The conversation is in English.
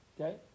Okay